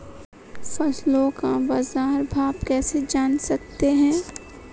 फसलों का बाज़ार भाव कैसे जान सकते हैं?